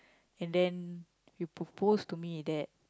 and then you propose to me that